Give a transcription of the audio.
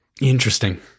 Interesting